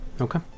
Okay